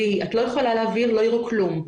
ליהי, את לא יכולה להעביר כי לא יראו כלום.